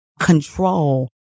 control